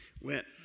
went